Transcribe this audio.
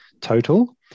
total